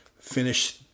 finish